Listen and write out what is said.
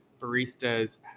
baristas